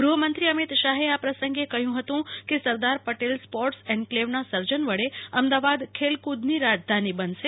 ગૃહમંત્રી અમિત શાહે આ પ્રસંગે કહ્યું હતું કે સરદાર પટેલસ્પોર્ટ્સ એનક્લેવના સર્જન વડે અમદાવાદ ખેલક્દની રાજધાની બનશે